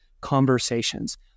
conversations